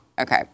Okay